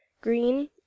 green